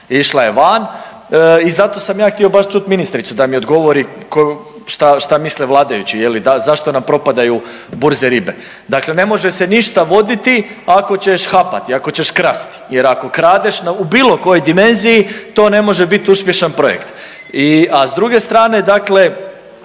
išla je van i zato sam ja htio baš čut ministricu da mi odgovori šta, šta misle vladajući je li da zašto nam propadaju burze ribe, dakle ne može se ništa voditi ako ćeš hapati, ako ćeš krasti jer ako kradeš u bilo kojoj dimenziji to ne može bit uspješan projekt. I, a s druge strane dakle